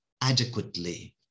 adequately